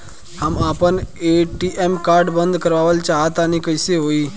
हम आपन ATM card बंद करावल चाह तनि कइसे होई?